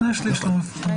שני-שלישים לא מפוענחים.